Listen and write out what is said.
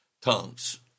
tongues